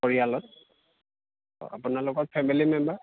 পৰিয়ালত আপোনালোকৰ family member